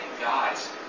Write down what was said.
God's